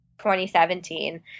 2017